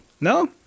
No